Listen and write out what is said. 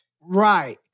Right